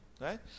Right